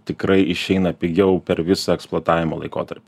tikrai išeina pigiau per visą eksploatavimo laikotarpį